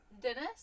dennis